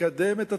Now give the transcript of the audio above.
לקדם את התפיסות,